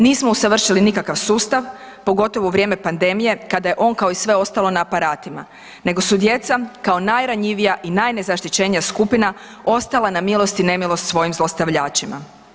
Nismo usavršili nikakav sustav, pogotovo u vrijeme pandemije kada je on, kao i sve ostalo, na aparatima, nego su djeca kao najranjivija i najnezaštićenija skupina ostala na milost i nemilost svojim zlostavljačima.